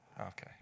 Okay